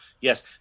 Yes